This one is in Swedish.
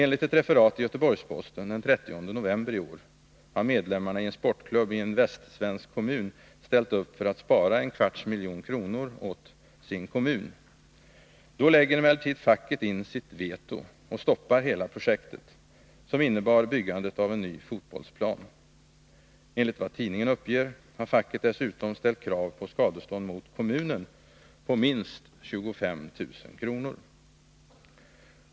Enligt ett referat i Göteborgs-Posten den 30 november i år har medlemmarna i en sportklubb i en västsvensk kommun ställt upp för att spara en kvarts miljon kronor åt sin kommun. Då lägger emellertid facket in ”sitt veto” och stoppar hela projektet, som innebar byggandet av en ny fotbollsplan. Enligt vad tidningen uppger har facket dessutom ställt krav på skadestånd mot kommunen på minst 25 000 kr.